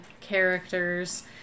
characters